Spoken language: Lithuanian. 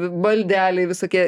baldeliai visokie